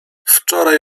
wczoraj